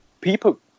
People